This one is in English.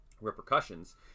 repercussions